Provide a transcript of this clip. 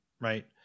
right